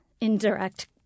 indirect